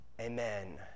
Amen